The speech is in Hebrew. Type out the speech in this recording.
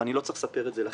ואני לא צריך לספר את זה לכם,